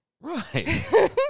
Right